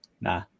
Nah